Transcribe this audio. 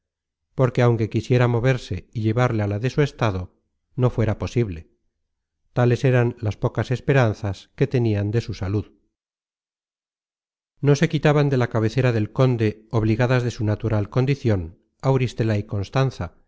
porque aunque quisiera moverse y llevarle a la de su estado no fuera posible tales eran las pocas esperanzas que tenian de su salud content from google book search generated at no se quitaban de la cabecera del conde obligadas de su natural condicion auristela y constanza